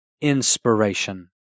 inspiration